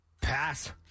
Pass